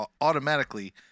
automatically